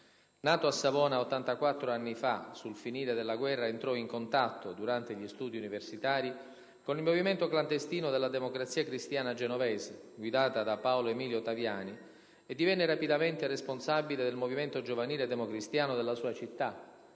ottantaquattro anni fa, sul finire della guerra entrò in contatto, durante gli studi universitari, con il movimento clandestino della Democrazia cristiana genovese, guidato da Paolo Emilio Taviani, e divenne rapidamente responsabile del movimento giovanile democristiano della sua città,